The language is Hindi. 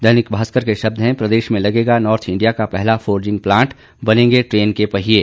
दैनिक भास्कर के शब्द हैं प्रदेश में लगेगा नार्थ इंडिया का पहला फोर्जिंग प्लांट बनेंगे ट्रेन के पहिये